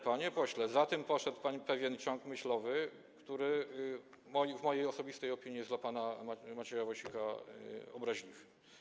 Panie pośle, za tym poszedł pewien ciąg myślowy, który w mojej osobistej opinii jest dla pana Macieja Wąsika obraźliwy.